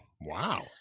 Wow